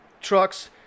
trucks